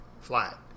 flat